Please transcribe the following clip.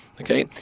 Okay